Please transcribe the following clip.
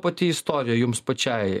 pati istorija jums pačiai